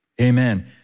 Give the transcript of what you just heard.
Amen